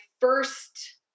first